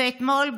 אתמול,